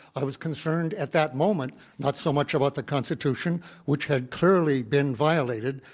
i was concerned at that moment not so much about the constitution, which had clearly been violated